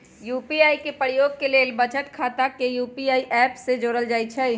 UPI के प्रयोग के लेल बचत खता के यू.पी.आई ऐप से जोड़ल जाइ छइ